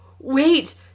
wait